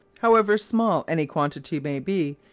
however small any quantity may be,